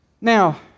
Now